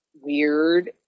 weird